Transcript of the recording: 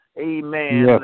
amen